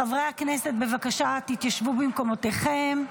חברי הכנסת, בבקשה תשבו במקומותיכם.